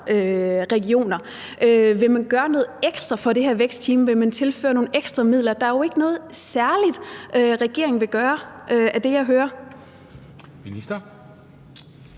regioner? Vil man gøre noget ekstra for det her vækstteam? Vil man tilføre nogle ekstra midler? Der er jo ikke noget særligt, regeringen vil gøre, af det, jeg hører. Kl.